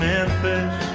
Memphis